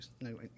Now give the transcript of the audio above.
no